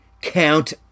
Count